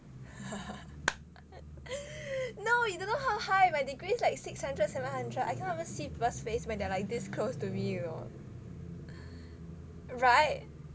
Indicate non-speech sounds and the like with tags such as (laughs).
(laughs) (breath) no you don't know how high my degree is like six hundred seven hundred I cannot even see people's face when they are like this close to me you know [right]